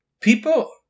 people